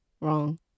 Wrong